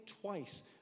twice